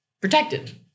protected